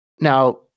Now